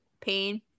pain